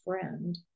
friend